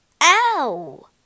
Ow